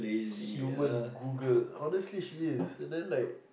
human Google honestly she is and then like